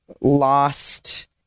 lost